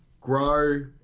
grow